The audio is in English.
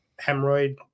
hemorrhoid